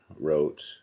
wrote